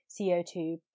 CO2